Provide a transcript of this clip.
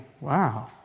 wow